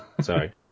Sorry